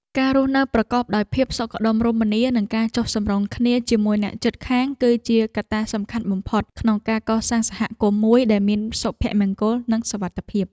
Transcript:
ការរស់នៅប្រកបដោយភាពសុខដុមរមនានិងការចុះសម្រុងគ្នាជាមួយអ្នកជិតខាង គឺជាកត្តាសំខាន់បំផុតក្នុងការកសាងសហគមន៍មួយដែលមានសុភមង្គលនិងសុវត្ថិភាព។